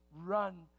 run